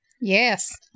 Yes